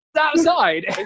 outside